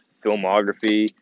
filmography